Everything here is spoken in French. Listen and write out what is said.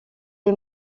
est